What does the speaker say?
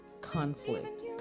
conflict